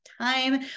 time